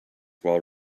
while